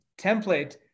template